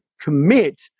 commit